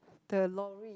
the lorry